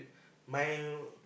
my